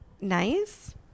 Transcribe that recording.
nice